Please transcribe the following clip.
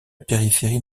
périphérie